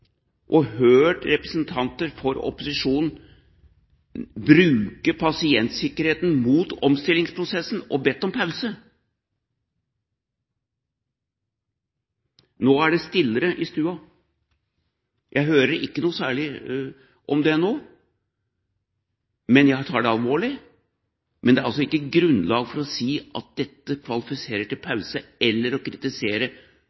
pause. Nå er det stillere i stua, jeg hører ikke noe særlig om det nå. Jeg tar det alvorlig, men det er altså ikke grunnlag for å si at dette kvalifiserer til